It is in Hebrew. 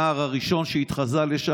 הנער הראשון שהתחזה לזה.